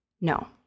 No